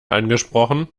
angesprochen